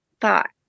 thought